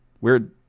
weird